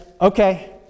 Okay